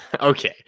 Okay